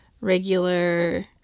Regular